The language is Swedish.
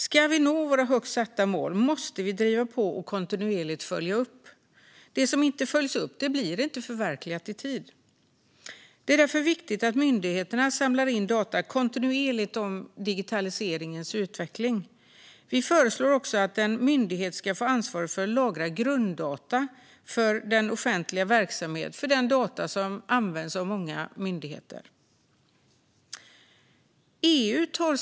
Ska vi nå våra högt satta mål måste vi driva på och kontinuerligt följa upp. Det som inte följs upp blir inte förverkligat i tid. Det är därför viktigt att myndigheterna kontinuerligt samlar in data om digitaliseringens utveckling. Vi föreslår också att en myndighet ska få ansvaret för att lagra grunddata för den offentliga verksamheten - de data som används av många myndigheter.